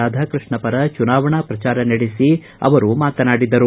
ರಾಧಾಕೃಷ್ಣ ಪರ ಚುನಾವಣಾ ಪ್ರಚಾರ ನಡೆಸಿ ಅವರು ಮಾತನಾಡಿದರು